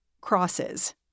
crosses